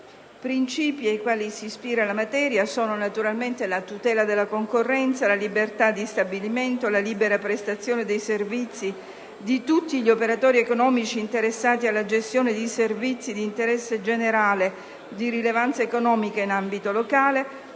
principi ai quali si ispira la materia sono la tutela della concorrenza, la libertà di stabilimento, la libera prestazione dei servizi di tutti gli operatori economici interessati alla gestione di servizi di interesse generale di rilevanza economica in ambito locale,